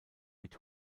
mit